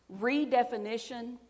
redefinition